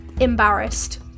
embarrassed